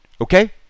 Okay